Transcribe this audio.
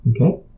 Okay